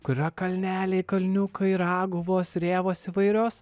kur yra kalneliai kalniukai raguvos rėvos įvairios